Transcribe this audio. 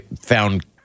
found